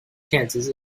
chances